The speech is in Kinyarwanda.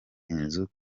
inzu